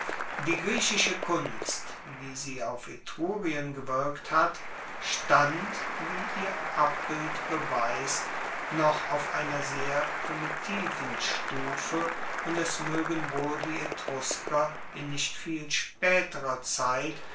die griechische kunst wie sie auf etrurien gewirkt hat stand wie ihr abbild beweist noch auf einer sehr primitiven stufe und es moegen wohl die etrusker in nicht viel spaeterer zeit